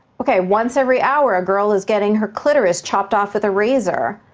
okay, once every hour a girl is getting her clitoris chopped off with a razor.